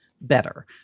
better